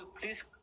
please